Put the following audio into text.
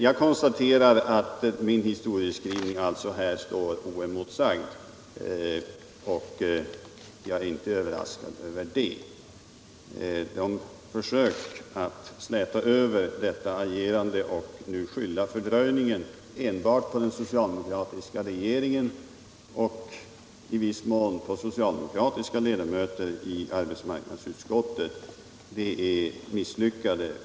Jag konstaterar att min historieskrivning alltså står oemotsagd, och jag är inte överraskad över det. De försöken att släta över detta agerande och skylla fördröjningen enbart på den socialdemokratiska regeringen och i viss mån på socialdemokratiska ledamöter i arbetsmarknadsutskottet är helt misslyckade.